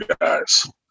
guys